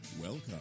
Welcome